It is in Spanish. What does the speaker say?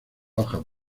hojas